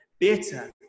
better